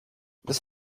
this